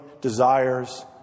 desires